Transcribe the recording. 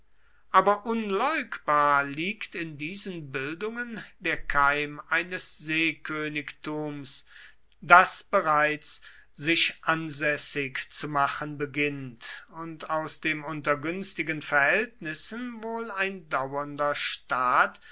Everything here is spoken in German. aber unleugbar liegt in diesen bildungen der keim eines seekönigtums das bereits sich ansässig zu machen beginnt und aus dem unter günstigen verhältnissen wohl ein dauernder staat